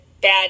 bad